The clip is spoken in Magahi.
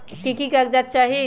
की की कागज़ात चाही?